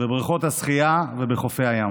בבריכות השחייה ובחופי הים.